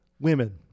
women